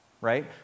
right